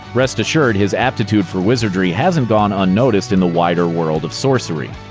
rest assured, his aptitude for wizardry hasn't gone unnoticed in the wider world of sorcery.